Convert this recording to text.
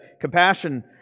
compassion